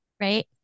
right